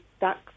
ducks